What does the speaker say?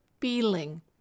feeling